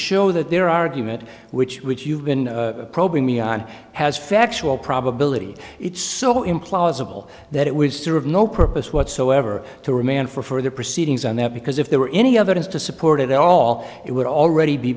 show that their argument which which you've been probing me on has factual probability it's so implausible that it would serve no purpose whatsoever to remand for further proceedings on that because if there were any evidence to support it at all it would already be